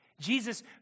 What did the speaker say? Jesus